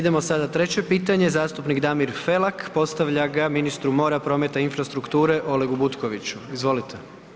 Idemo sada treće pitanje, zastupnik Damir Felak postavlja ga ministru mora, prometa i infrastrukture Olegu Butkoviću, izvolite.